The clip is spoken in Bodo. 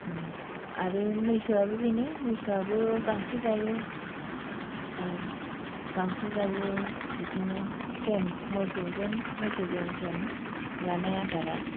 आरो मैसोआबो बेनो मैसोआबो गांसो जायो बिदिनो सेम बिदिनो मोसौजों मैसोजों सेम जानाय आदारा